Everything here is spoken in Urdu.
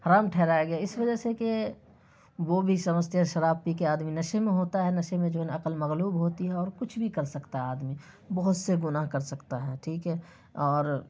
حرام ٹھہرایا گیا ہے اس وجہ سے کہ وہ بھی سمجھتے ہیں کہ شراب پی کے آدمی نشے میں ہوتا ہے نشے میں جو ہے عقل مغلوب ہوتی ہے اور کچھ بھی کر سکتا ہے آدمی بہت سے گناہ کر سکتا ہے ٹھیک ہے اور